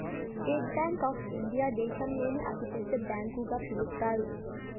state Bank of India దేశంలోనే అతి పెద్ద బ్యాంకు గా పిలుత్తారు